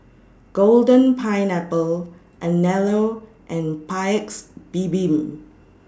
Golden Pineapple Anello and Paik's Bibim